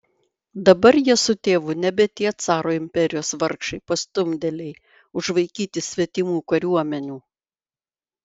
dabar jie su tėvu nebe tie caro imperijos vargšai pastumdėliai užvaikyti svetimų kariuomenių